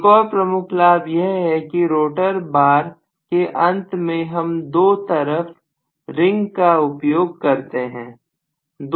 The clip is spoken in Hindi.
एक और प्रमुख लाभ यह है कि रोटर बार के अंत में दोनों तरफ हम रिंग का उपयोग करते हैं